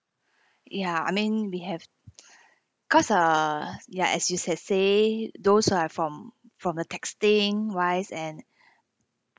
ya I mean we have cause err ya as you has say those who are from from the texting wise and